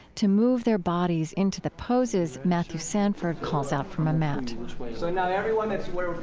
to move their bodies into the poses matthew sanford calls out from a mat so now everyone that's we're